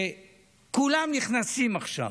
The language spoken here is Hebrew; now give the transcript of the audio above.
וכולם נכנסים עכשיו.